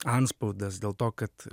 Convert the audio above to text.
antspaudas dėl to kad